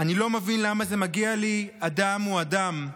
כי אני לא מבין למה זה מגיע לי, אדם הוא אדם.